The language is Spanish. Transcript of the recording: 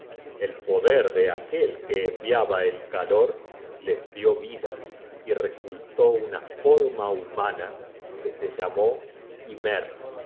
el poder de aquel que enviaba el calor las dió vida y resultó una forma humana que se llamó ymer